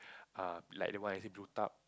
um like the one I say